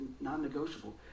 non-negotiable